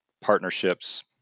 partnerships